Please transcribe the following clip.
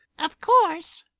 of course,